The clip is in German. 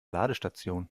ladestation